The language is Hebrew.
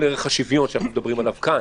ערך השוויון שאנחנו מדברים עליו כאן,